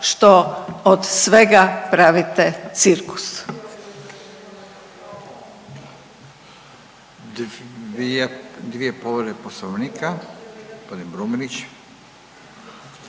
što od svega pravite cirkus.